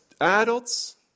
adults